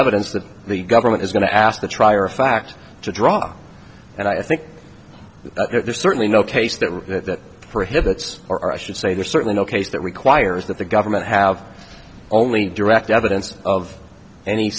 evidence that the government is going to ask the trier of fact to drop and i think there's certainly no case that for hits or i should say there's certainly no case that requires that the government have only direct evidence of any